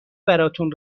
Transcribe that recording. براتون